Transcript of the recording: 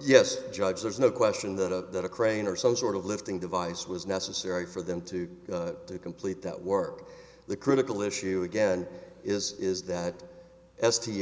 yes judge there's no question that a that a crane or so short of lifting device was necessary for them to complete that work the critical issue again is is that s t